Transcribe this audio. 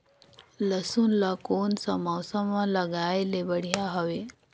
लसुन ला कोन सा मौसम मां लगाय ले बढ़िया हवे?